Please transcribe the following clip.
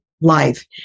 life